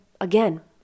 again